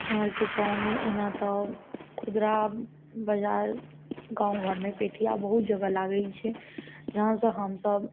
हमरा आरके गाँवमे एना तऽ खुदरा बजार गाँव घरमे पेठिया बहुत जगह लागय छै जहाँसँ हमसभ